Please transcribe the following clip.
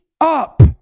up